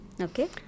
Okay